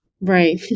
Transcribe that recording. Right